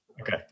Okay